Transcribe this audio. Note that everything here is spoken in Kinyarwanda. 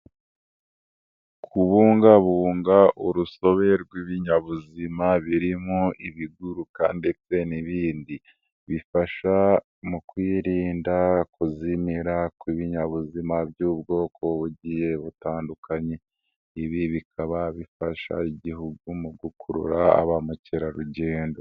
Kubungabunga urusobe rw'ibinyabuzima, birimo ibiguruka ndetse n'ibindi, bifasha mu kwirinda kuzimira kw'ibinyabuzima by'ubwoko bugiye butandukanye. Ibi bikaba bifasha igihugu mu gukurura abamukerarugendo.